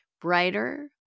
brighter